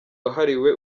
wahariwe